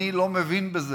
אני לא מבין בזה,